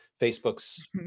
Facebook's